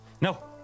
No